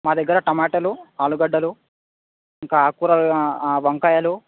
మా దగ్గర టమాటలు ఆలుగడ్డలు ఇంకా ఆకుకూర వంకాయలు